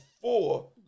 four